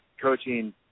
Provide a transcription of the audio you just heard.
coaching